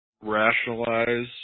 rationalize